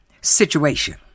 situation